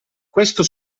questo